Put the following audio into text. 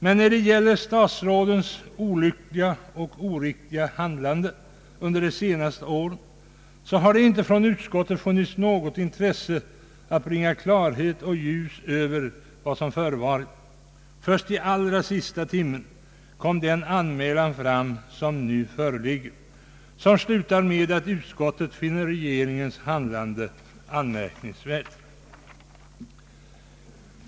Men när det här gäller statsrådens olyckliga och oriktiga handlande under det senaste året, har det inte från utskottets sida funnits något intresse att bringa klarhet och ljus över vad som förevarit. Först i allra sista timmen kom den anmälan fram som nu föreligger och som slutar med att utskottet finner regeringens handlande anmärkningsvärt.